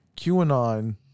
QAnon